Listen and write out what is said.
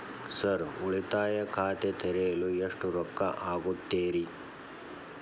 Sir ಉಳಿತಾಯ ಖಾತೆ ತೆರೆಯಲು ಎಷ್ಟು ರೊಕ್ಕಾ ಆಗುತ್ತೇರಿ?